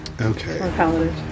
Okay